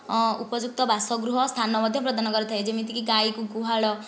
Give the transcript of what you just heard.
ଉପଯୁକ୍ତ ବାସଗୃହ ସ୍ଥାନ ମଧ୍ୟ ପ୍ରଦାନ କରାଯାଇଥାଏ ଯେମିତିକି ଗାଈକୁ ଗୁହାଳ